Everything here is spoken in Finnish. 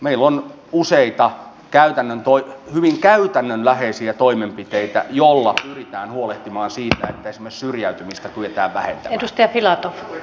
meillä on useita hyvin käytännönläheisiä toimenpiteitä joilla pyritään huolehtimaan siitä että esimerkiksi syrjäytymistä kyetään vähentämään